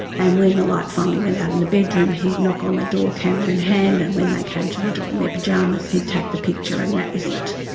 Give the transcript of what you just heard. and when the light finally went out in the bedroom he'd knock on the door, camera in hand, and when they came to the door in their pyjamas he'd take the picture and that was it.